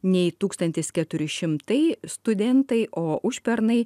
nei tūkstantis keturi šimtai studentai o užpernai